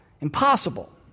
impossible